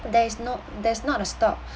there is no there's not a stop